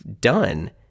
done